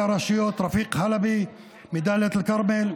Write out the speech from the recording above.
הרשויות רפיק חלבי מדאלית אל-כרמל,